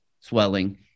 swelling